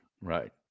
Right